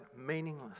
meaningless